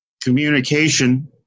communication